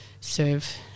serve